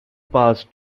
passed